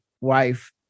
wife